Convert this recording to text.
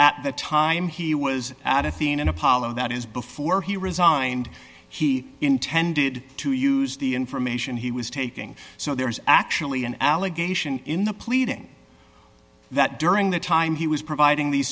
at the time he was out of thin apollo that is before he resigned he intended to use the information he was taking so there is actually an allegation in the pleading that during the time he was providing these